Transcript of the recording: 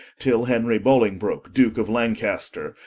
till henry bullingbrooke, duke of lancaster,